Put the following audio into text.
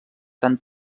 tant